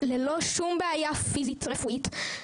ללא שום בעיה פיזית רפואית.